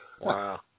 Wow